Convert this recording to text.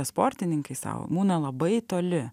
sportininkai sau būna labai toli